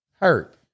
hurt